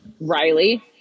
Riley